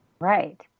right